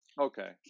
okay